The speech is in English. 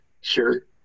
sure